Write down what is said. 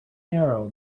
arrow